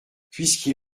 puisqu’il